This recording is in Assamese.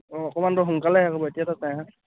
অঁ অকণমানটো সোনকালে শেষ হ'ব এতিয়া তাতে